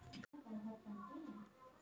గోధుమలలో ఉత్తమమైన అధిక దిగుబడి రకం ఏది?